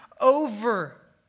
over